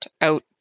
out